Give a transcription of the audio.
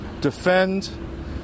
defend